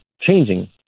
changing